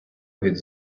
від